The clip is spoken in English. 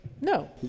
no